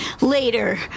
later